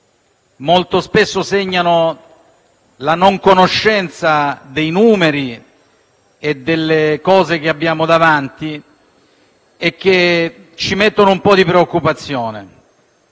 molto spesso, segnano la non conoscenza dei numeri e delle situazioni che abbiamo di fronte e che ci mettono un po' di preoccupazione,